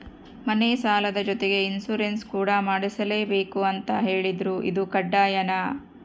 ಮನೆ ಸಾಲದ ಜೊತೆಗೆ ಇನ್ಸುರೆನ್ಸ್ ಕೂಡ ಮಾಡ್ಸಲೇಬೇಕು ಅಂತ ಹೇಳಿದ್ರು ಇದು ಕಡ್ಡಾಯನಾ?